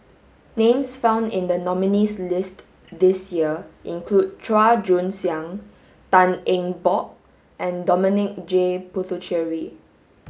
names found in the nominees list this year include Chua Joon Siang Tan Eng Bock and Dominic J Puthucheary